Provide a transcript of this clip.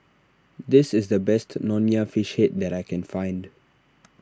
this is the best Nonya Fish Head that I can find